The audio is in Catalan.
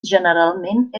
generalment